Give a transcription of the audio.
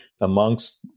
amongst